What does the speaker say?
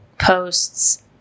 posts